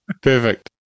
Perfect